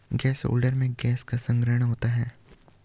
gas holder में gas का संग्रहण होता है